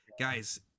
guys